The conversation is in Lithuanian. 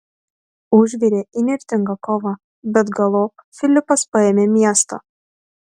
užvirė įnirtinga kova bet galop filipas paėmė miestą